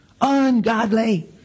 Ungodly